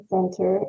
Center